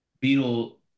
Beetle